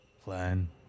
...plan